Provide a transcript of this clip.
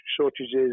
shortages